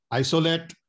isolate